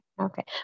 okay